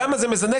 למה הוא מזנק?